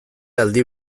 aldi